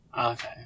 Okay